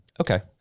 Okay